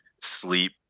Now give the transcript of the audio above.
sleep